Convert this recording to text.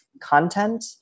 content